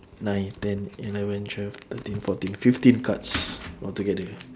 nine ten eleven twelve thirteen fourteen fifteen cards altogether